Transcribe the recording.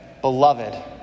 beloved